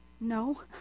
No